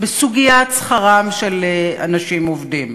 בסוגיית שכרם של אנשים עובדים,